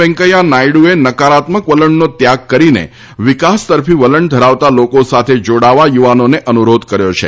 વેકૈયા નાયડુએ નકારાત્મક વલણનો ત્યાગ કરીને વિકાસ તરફી વલણ ધરાવતા લોકો સાથે જોડાવા યુવાનોને અનુરોધ કર્યો છે